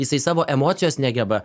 jisai savo emocijos negeba